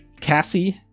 Cassie